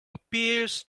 appears